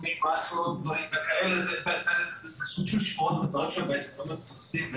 מס ודברים כאלה זה סוג של שמועות ודברים לא מבוססים,